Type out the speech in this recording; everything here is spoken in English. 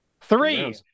Three